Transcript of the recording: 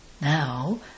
Now